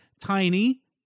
tiny